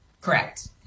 Correct